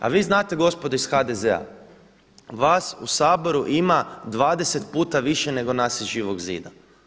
A vi znate gospodo iz HDZ-a vas u Saboru ima 20 puta više nego nas iz Živog zida.